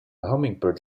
hummingbird